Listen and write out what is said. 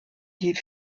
die